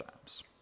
times